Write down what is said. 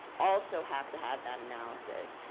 also have to have that analysis.